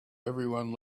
everyone